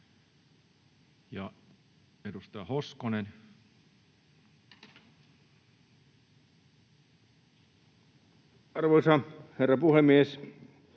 — Edustaja Kinnunen. Arvoisa herra puhemies!